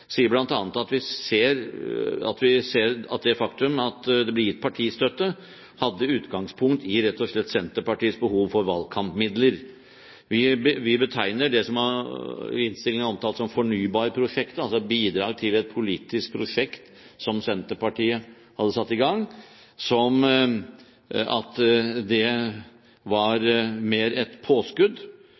sier bl.a. at de ser at det faktum at det ble gitt partistøtte, rett og slett hadde utgangspunkt i Senterpartiets behov for valgkampmidler. De betegner det som innstillingen omtaler som «fornybarprosjektet», altså et bidrag til et politisk prosjekt som Senterpartiet hadde satt i gang, som at det var mer et påskudd